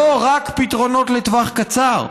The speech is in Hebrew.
ולא רק פתרונות לטווח קצר.